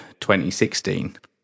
2016